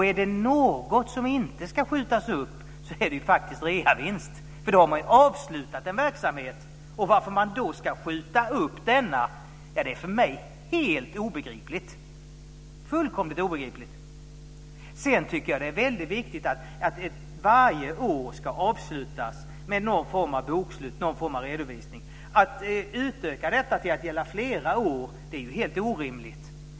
Är det något som inte ska skjutas upp så är det faktiskt reavinst, för då har man ju avslutat en verksamhet. Varför man då ska skjuta upp reavinsten är för mig helt obegripligt - fullkomligt obegripligt! Jag tycker att det är viktigt att varje år ska avslutas med någon form av bokslut eller redovisning. Det är helt orimligt att utöka detta till att gälla flera år.